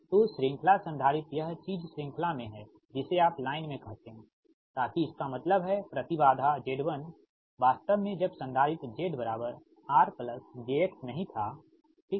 तो श्रृंखला संधारित्र यह चीज श्रृंखला में है जिसे आप लाइन में कहते हैं ताकि इसका मतलब है प्रति बाधा Z1 वास्तव में जब संधारित्र Z R jX नहीं था ठीक